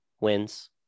wins